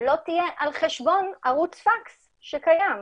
לא תהיה על חשבון ערוץ פקס שקיים.